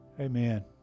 Amen